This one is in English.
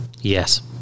Yes